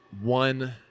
one